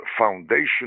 foundation